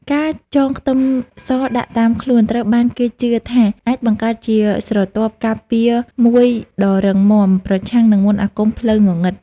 ការចងខ្ទឹមសដាក់តាមខ្លួនត្រូវបានគេជឿថាអាចបង្កើតជាស្រទាប់ការពារមួយដ៏រឹងមាំប្រឆាំងនឹងមន្តអាគមផ្លូវងងឹត។